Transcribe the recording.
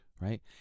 right